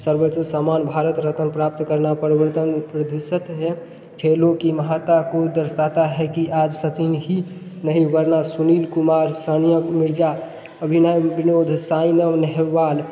सर्वोच सामान भारत रत्न प्राप्त करना परिवर्तन प्रतिशत है खेलों की महत्ता को दर्शाता है कि आज सचिन ही नहीं वरना सुनील कुमार सानिया मिर्ज़ा अभिनंदन बिनोद साईना नेहवाल